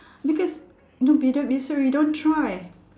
because no it's uh we don't try